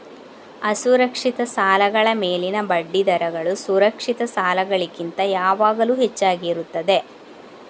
ಅಸುರಕ್ಷಿತ ಸಾಲಗಳ ಮೇಲಿನ ಬಡ್ಡಿ ದರಗಳು ಸುರಕ್ಷಿತ ಸಾಲಗಳಿಗಿಂತ ಯಾವಾಗಲೂ ಹೆಚ್ಚಾಗಿರುತ್ತದೆ